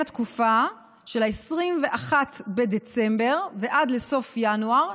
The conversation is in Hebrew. התקופה של 21 בדצמבר ועד סוף ינואר,